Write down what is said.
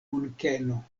munkeno